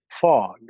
fog